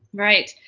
right.